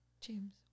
James